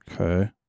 Okay